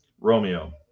Romeo